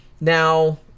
Now